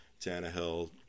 Tannehill